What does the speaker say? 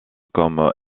comme